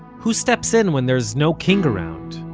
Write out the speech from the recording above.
who steps in when there is no king around?